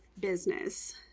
business